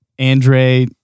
Andre